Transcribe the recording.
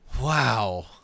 wow